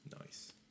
Nice